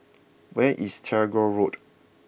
where is Tagore Road